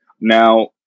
Now